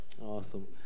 awesome